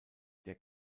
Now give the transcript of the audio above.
der